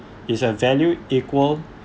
it's a value equal